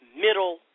middle